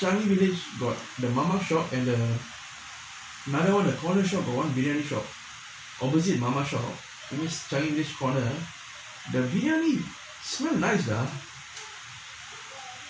the changi village got the mama shop and another one is the got the corner shop the one billion from opposite mama shop changi village corner the biryani nice ah